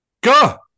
go